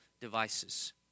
devices